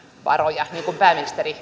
varoja niin kuin pääministeri